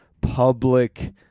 public